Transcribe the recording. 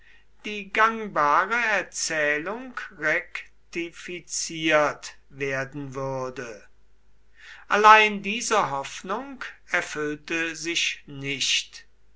die gangbare erzählung rektifiziert werden würde allein diese hoffnung erfüllte sich nicht